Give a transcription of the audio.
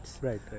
right